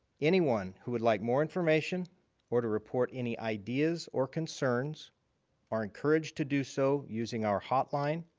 anyone who would like more information or to report any ideas or concerns are encouraged to do so using our hotline.